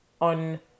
on